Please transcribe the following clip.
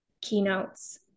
keynotes